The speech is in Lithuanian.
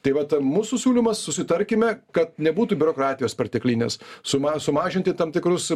tai vat mūsų siūlymas susitarkime kad nebūtų biurokratijos perteklinės suma sumažinti tam tikrus